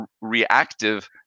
reactive